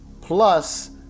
Plus